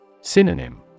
Synonym